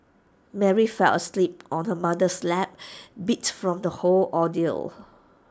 Mary fell asleep on her mother's lap beat from the whole ordeal